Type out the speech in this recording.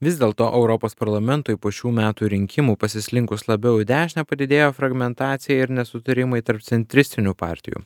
vis dėlto europos parlamentui po šių metų rinkimų pasislinkus labiau į dešinę padidėjo fragmentacija ir nesutarimai tarp centristinių partijų